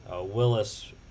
Willis